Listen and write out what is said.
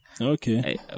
Okay